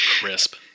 crisp